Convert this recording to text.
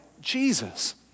Jesus